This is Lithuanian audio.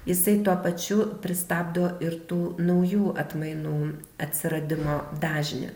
jisai tuo pačiu pristabdo ir tų naujų atmainų atsiradimo dažnį